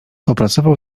opracował